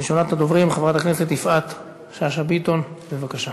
הצעות לסדר-היום מס' 1614, 1616, 1620, 1661,